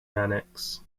annex